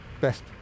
best